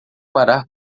parar